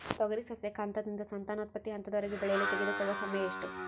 ತೊಗರಿ ಸಸ್ಯಕ ಹಂತದಿಂದ ಸಂತಾನೋತ್ಪತ್ತಿ ಹಂತದವರೆಗೆ ಬೆಳೆಯಲು ತೆಗೆದುಕೊಳ್ಳುವ ಸಮಯ ಎಷ್ಟು?